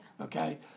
Okay